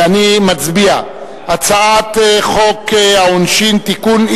הצעת חוק העונשין (תיקון,